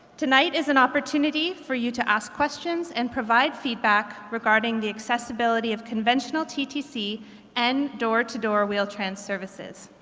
tonight is an opportunity for you to ask questions and provide feedback regarding the accessibility of conventional ttc and door-to-door wheel-trans services.